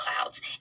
clouds